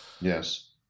Yes